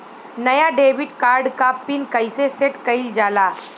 नया debit card क PIN कईसे सेट कईल जाला?